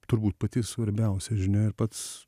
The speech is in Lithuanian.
turbūt pati svarbiausia žinia ir pats